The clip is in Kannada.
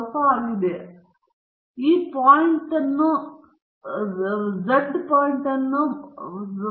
ಆದ್ದರಿಂದ ನಾವು ಪಾಯಿಂಟ್ z ಮತ್ತು ಮೈನಸ್ ಝಡ್ಗಳನ್ನು ಗುರುತಿಸುತ್ತೇವೆ ಅಂದರೆ ಆ ಬಿಂದುಗಳನ್ನು ಮೀರಿದ ಪ್ರದೇಶಗಳು ಆಲ್ಫಾಗೆ ಸಮನಾಗಿ ಸಮಾನವಾಗಿರುತ್ತದೆ2